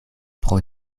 pro